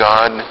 God